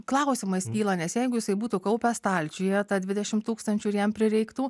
klausimas kyla nes jeigu jisai būtų kaupęs stalčiuje tą dvidešim tūkstančių ir jam prireiktų